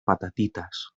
patatitas